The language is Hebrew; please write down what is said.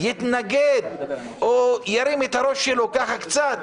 יתנגד או ירים את הראש שלו ככה קצת